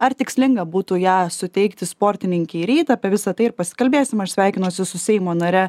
ar tikslinga būtų ją suteikti sportininkei ryt apie visa tai ir pasikalbėsime aš sveikinuosi su seimo nare